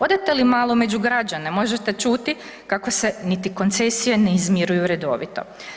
Odete li malo među građane možete čuti kako se niti koncesije ne izmiruju redovito.